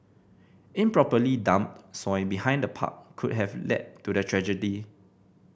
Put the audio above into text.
improperly dumped soil behind the park could have led to the tragedy